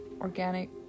organic